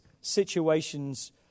situations